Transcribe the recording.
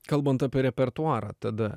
kalbant apie repertuarą tada